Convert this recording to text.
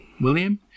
William